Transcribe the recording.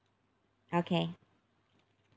okay